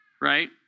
Right